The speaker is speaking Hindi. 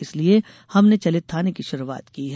इसलिये हमने चलित थाने की शुरूआत की है